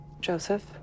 Joseph